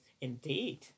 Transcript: Indeed